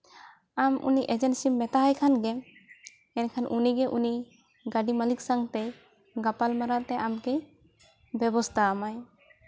ᱟᱢ ᱩᱱᱤ ᱮᱡᱮᱱᱥᱤᱢ ᱢᱮᱛᱟᱭ ᱠᱷᱟᱱᱜᱮ ᱢᱮᱱᱠᱷᱟᱱ ᱩᱱᱤᱜᱮ ᱩᱱᱤ ᱜᱟᱹᱰᱤ ᱢᱟᱹᱞᱤᱠ ᱥᱟᱶᱛᱮ ᱜᱟᱯᱟᱞ ᱢᱟᱨᱟᱣ ᱛᱮ ᱟᱢᱠᱮ ᱵᱮᱵᱚᱥᱛᱷᱟ ᱟᱢᱟᱭ